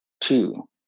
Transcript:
Two